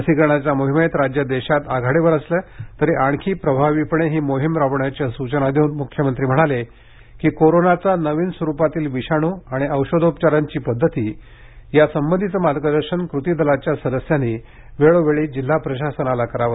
लसीकरणाच्या मोहिमेत राज्य देशात आघाडीवर असलं तरी आणखी प्रभावीपणे ही मोहीम राबवण्याच्या सूचना देऊन म्रख्यमंत्री म्हणाले की कोरोनाचा नवीन स्वरूपातला विषाणू आणि औषोधोपचाराची पद्धती यासंबंधीचं मार्गदर्शन कृती दलाच्या सदस्यांनी वेळोवेळी जिल्हा प्रशासनाला करावं